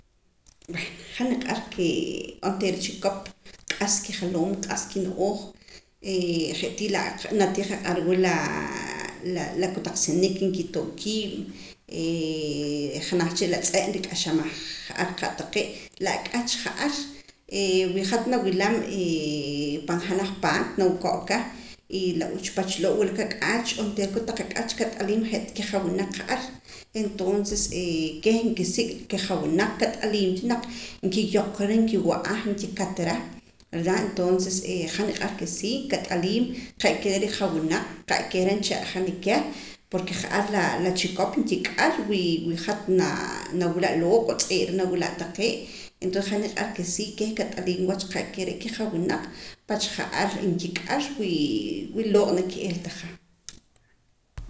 han niq'ar ke onteera chikop q'as kijaloom q'as kino'ooj je' naak qaq'aram wula la la kotaq sinik nkitoo' kiib' janaj cha re' la tz'e' nrik'axamaj ja'ar qa' taqee' la ak'ach ja'ar wi hat nawilam pan janaj paat hat nawuko' aka y la uchpach loo' wula kak'aach onteera kotaq ak'ah kat'aliim je' ta kijawinaq ja'ar entonces keh nkisik' kijawinaq kat'aliim cha naq kiyoqara nkiwa'a nkikatara verda entonce han niq'ar ke si kat'aliim qa'keh re' rijawinaq qa'keh re' nche'jana keh porke ja'ar la chikop nkik'ar wi wi hat na nawila' looq' o tz'eera nawila' taqee' entonces han niq'ar ke si kat'aliim wach qa'keh re' kijawinaq pach ja'ar nkik'ar wi loo' naak ki'iltaja